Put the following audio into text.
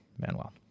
Manuel